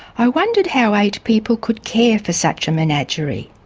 i wondered how eight people could care for such a menagerie.